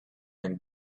and